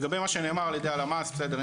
לגבי מה שנאמר על ידי הלמ"ס בסדר,